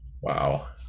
Wow